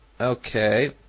Okay